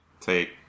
take